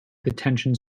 detention